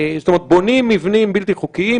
בונים מבנים בלתי חוקיים,